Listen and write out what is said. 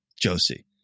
Josie